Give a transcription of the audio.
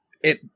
it-